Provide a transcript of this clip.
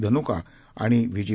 धनुका आणि व्ही जी